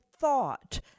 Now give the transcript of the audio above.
thought